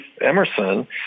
Emerson